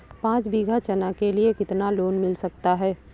पाँच बीघा चना के लिए कितना लोन मिल सकता है?